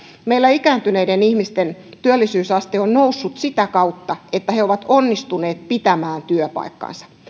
meillä ikääntyneiden ihmisten työllisyysaste on noussut sitä kautta että he ovat onnistuneet pitämään työpaikkansa